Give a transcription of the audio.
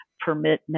permit